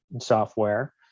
software